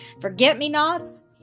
forget-me-nots